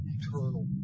eternal